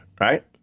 Right